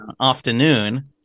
afternoon